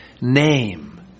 name